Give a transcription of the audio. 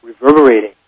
reverberating